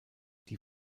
die